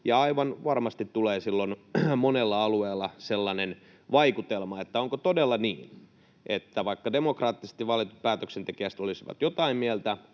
Aivan varmasti tulee silloin monella alueella sellainen vaikutelma, että onko todella niin, että vaikka demokraattisesti valitut päätöksentekijät olisivat jotain mieltä,